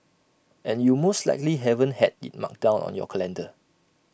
and you most likely haven't had IT marked down on your calendar